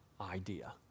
idea